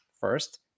first